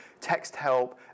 Texthelp